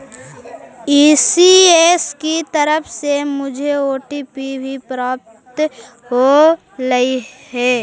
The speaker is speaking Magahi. ई.सी.एस की तरफ से मुझे ओ.टी.पी भी प्राप्त होलई हे